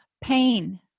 Pain